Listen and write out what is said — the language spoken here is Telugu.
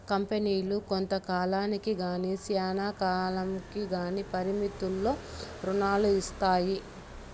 కంపెనీలు కొంత కాలానికి గానీ శ్యానా కాలంకి గానీ పరిమితులతో రుణాలు ఇత్తాయి